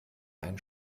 einen